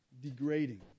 Degrading